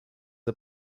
are